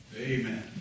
Amen